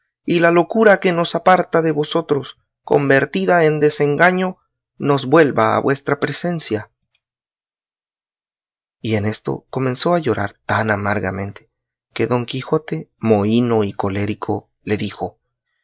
y la locura que nos aparta de vosotros convertida en desengaño nos vuelva a vuestra presencia y en esto comenzó a llorar tan amargamente que don quijote mohíno y colérico le dijo